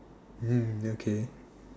okay